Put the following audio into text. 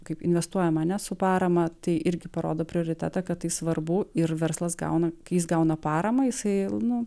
kaip investuojama a ne su parama tai irgi parodo prioritetą kad tai svarbu ir verslas gauna kai jis gauna paramą jisai nu